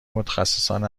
متخصصان